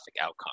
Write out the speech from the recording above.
outcome